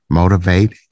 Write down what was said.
motivate